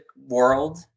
world